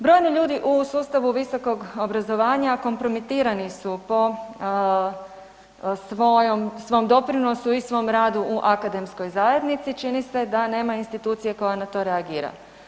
Brojni ljudi u sustavu visokog obrazovanja kompromitirani su po svom doprinosu i svom radu u akademskoj zajednici, čini se da nema institucija koja na to reagira.